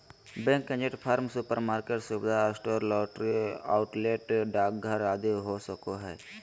bank agent farm, supermarket, सुविधा store, lottery outlet, डाकघर आदि हो सको हइ